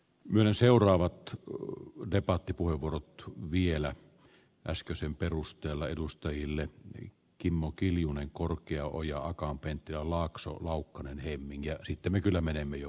mene seuraavat debatti puheenvuorot vielä päästy sen perusteella edustajille ja kimmo kiljunen korkeaojaakaan penttilä laakson laukkanen hemminki ja sittemmin huolehtimiseen tai koulutukseen